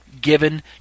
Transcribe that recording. given